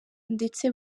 ndetse